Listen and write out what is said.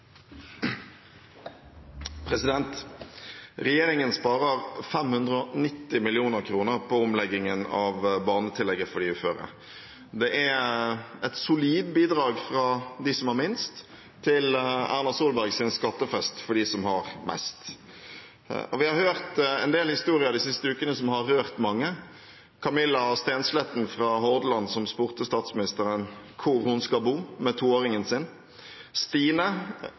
Regjeringen sparer 590 mill. kr på omleggingen av barnetillegget for de uføre. Det er et solid bidrag fra dem som har minst, til Erna Solbergs skattefest for dem som har mest. Vi har hørt en del historier de siste ukene som har rørt mange: Camilla Stensletten fra Hordaland, som spurte statsministeren hvor hun skal bo med toåringen sin. Stine,